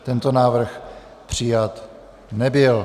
Tento návrh přijat nebyl.